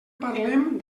parlem